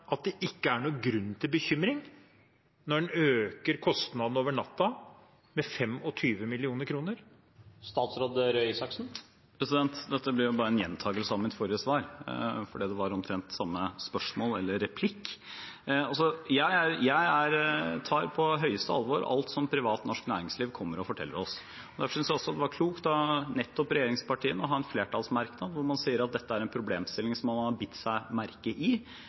at det ikke er noen grunn til bekymring når en øker kostnaden over natten med 25 mill. kr? Dette blir jo bare en gjentakelse av mitt forrige svar, for det var omtrent samme spørsmål, eller replikk. Jeg tar på høyeste alvor alt som privat norsk næringsliv kommer og forteller oss. Derfor synes jeg også det var klokt av nettopp regjeringspartiene å ha en flertallsmerknad hvor man sier at dette er en problemstilling man har bitt seg merke i,